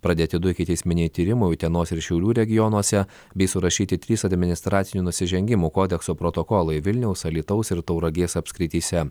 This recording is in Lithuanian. pradėti du ikiteisminiai tyrimai utenos ir šiaulių regionuose bei surašyti trys administracinių nusižengimų kodekso protokolai vilniaus alytaus ir tauragės apskrityse